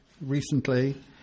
recently